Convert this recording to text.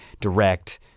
direct